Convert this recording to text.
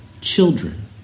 children